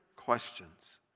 questions